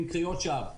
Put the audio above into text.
הן קריאות שווא.